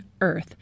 Earth